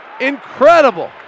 incredible